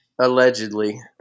Allegedly